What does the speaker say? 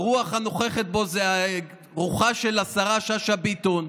הרוח הנוכחת בו זו רוחה של השרה שאשא ביטון.